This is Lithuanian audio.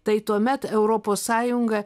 tai tuomet europos sąjunga